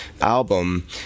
album